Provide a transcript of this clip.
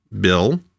Bill